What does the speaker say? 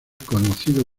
conocido